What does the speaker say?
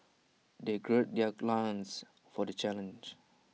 they gird their loins for the challenge